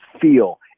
feel